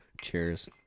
Cheers